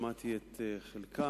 שמעתי את חלקם.